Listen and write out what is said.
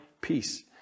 peace